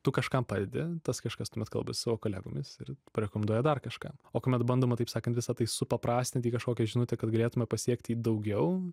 tu kažkam padedi tas kažkas tuomet kalba su savo kolegomis ir parekomenduoja dar kažką o kuomet bandoma taip sakant visa tai supaprastinti į kažkokią žinutę kad galėtume pasiekti daugiau